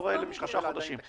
בסוף זאת העתודה של שוק העבודה.